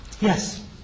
Yes